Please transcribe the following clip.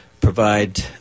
provide